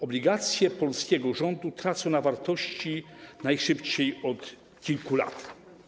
Obligacje polskiego rządu tracą na wartości najszybciej od kilku lat.